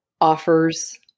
offers